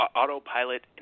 autopilot